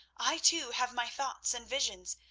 i, too, have my thoughts and visions.